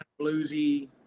bluesy